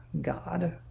God